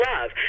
love